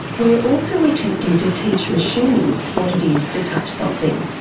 we're also attempting to teach machines what it is to touch something,